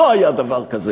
לא היה דבר כזה.